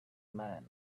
man